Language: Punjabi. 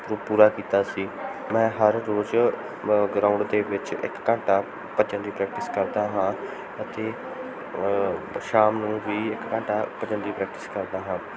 ਪੂਰਾ ਕੀਤਾ ਸੀ ਮੈਂ ਹਰ ਰੋਜ਼ ਗਰਾਊਂਡ ਦੇ ਵਿੱਚ ਇੱਕ ਘੰਟਾ ਭੱਜਣ ਦੀ ਪ੍ਰੈਕਟਿਸ ਕਰਦਾ ਹਾਂ ਅਤੇ ਪਰ ਸ਼ਾਮ ਨੂੰ ਵੀ ਇੱਕ ਘੰਟਾ ਭੱਜਣ ਦੀ ਪ੍ਰੈਕਟਿਸ ਕਰਦਾ ਹਾਂ